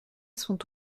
sont